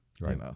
Right